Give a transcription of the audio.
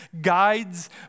guides